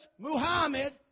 Muhammad